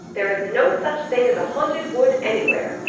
there is no such thing as a haunted wood anywhere.